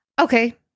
okay